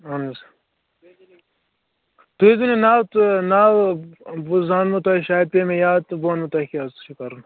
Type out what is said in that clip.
اَہَن حظ تُہۍ ؤنِو ناو تہٕ ناو بہٕ زانہو تۄہہِ شایَد پیٚیہِ مےٚ یاد تہٕ بہٕ وَنہو تۄہہِ کیٛاہ حظ چھُ کَرُن